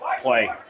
play